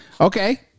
Okay